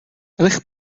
eich